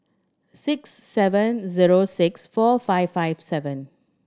six seven zero six four five five seven